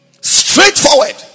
Straightforward